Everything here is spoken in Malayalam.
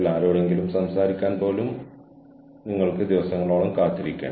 KSAO's എന്നത് knowledge skills ability other characteristics എന്നിവയെ സൂചിപ്പിക്കുന്നു